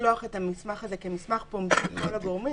לשלוח את המסמך הזה כמסמך פומבי לכל הגורמים.